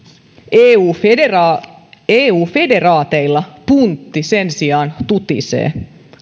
eu federaateilla eu federaateilla puntti sen sijaan tutisee